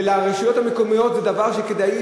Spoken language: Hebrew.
ולרשויות המקומיות זה דבר שכדאי,